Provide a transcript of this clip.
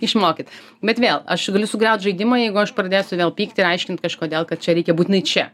išmokyt bet vėl aš galiu sugriaut žaidimą jeigu aš pradėsiu vėl pykti ir aiškint kažkodėl kad čia reikia būtinai čia